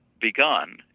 begun